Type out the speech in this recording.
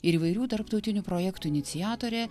ir įvairių tarptautinių projektų iniciatorė